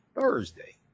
Thursday